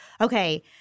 okay